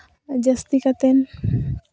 ᱡᱟᱹᱥᱛᱤ ᱠᱟᱛᱮᱱ